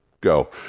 go